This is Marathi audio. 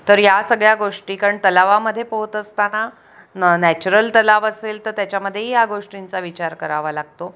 तर या सगळ्या गोष्टी कारण तलावामध्ये पोहत असताना न नॅचरल तलाव असेल तर त्याच्यामध्येही या गोष्टींचा विचार करावा लागतो